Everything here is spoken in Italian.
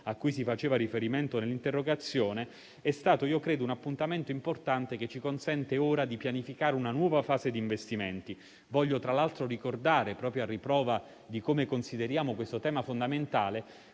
a cui si faceva riferimento nell'interrogazione, è stato a mio parere un appuntamento importante che ci consente ora di pianificare una nuova fase di investimenti. Voglio, tra l'altro, ricordare, proprio a riprova di come consideriamo questo tema fondamentale,